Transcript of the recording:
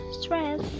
stress